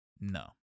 No